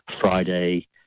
Friday